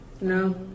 No